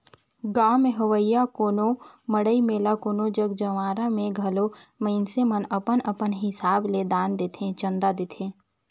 गाँव में होवइया कोनो मड़ई मेला कोनो जग जंवारा में घलो मइनसे मन अपन अपन हिसाब ले दान देथे, चंदा देथे